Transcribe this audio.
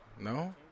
No